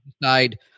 decide